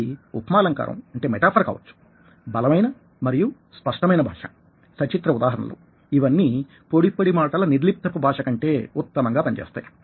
అది ఉపమాలంకారం మెటఫర్ కావచ్చు బలమైన మరియు స్పష్టమైన భాష సచిత్ర ఉదాహరణలు ఇవన్నీ పొడిపొడి మాటల నిర్లిప్తతపు భాష కంటే ఉత్తమంగా పని చేస్తాయి